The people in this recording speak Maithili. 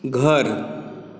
घर